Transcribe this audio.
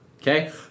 Okay